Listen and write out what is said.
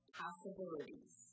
possibilities